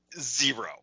Zero